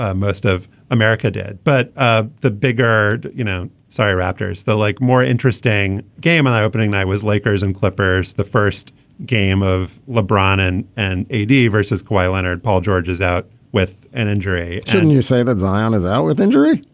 ah most of america did. but ah the bigger you know. sorry raptors they like more interesting game and eye opening night was lakers and clippers. the first game of lebron and an eighty s versus kawhi leonard paul george is out with an injury shouldn't you say that zion is out with injury.